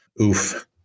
oof